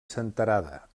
senterada